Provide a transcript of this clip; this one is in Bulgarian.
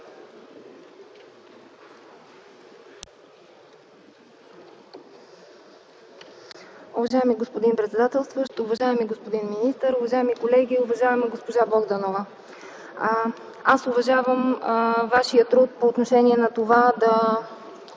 Уважаеми господин председателстващ, уважаеми господин министър, уважаеми колеги! Уважаема госпожо Богданова, аз уважавам Вашия труд по отношение на това да